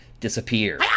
disappear